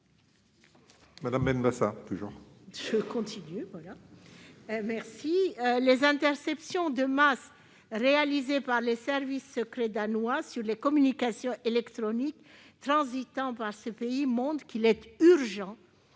Mme Esther Benbassa. Les interceptions de masse réalisées par les services secrets danois sur les communications électroniques transitant par ce pays montrent qu'il est urgent